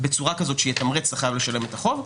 בצורה שתתמרץ את החייב לשלם את החוב.